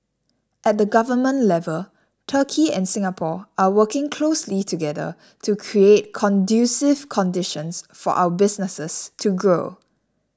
at the government level Turkey and Singapore are working closely together to create conducive conditions for our businesses to grow